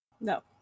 No